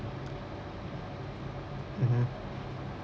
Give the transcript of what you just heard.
mmhmm